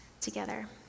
together